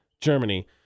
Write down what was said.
Germany